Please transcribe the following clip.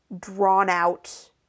drawn-out